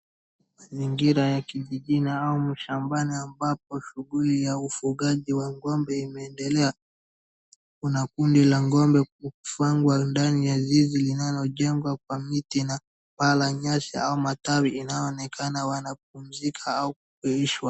Mazingira ya kijijini au mashambani ambapo shughuli ya ufugaji wa ng'ombe imeendelea. Kuna kundi la ng'ombe kufangwa ndani ya zizi linalojengwa kwa miti na paa la nyasi au matawi. Inaonekana wanapumzika au kulishwa.